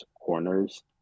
corners